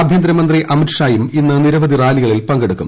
ആഭ്യന്തരമന്ത്രി അമിതാഷായും ഇന്ന് നിരവധി റാലികളിൽ പങ്കെടുക്കും